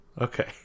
Okay